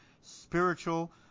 spiritual